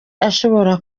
ashobora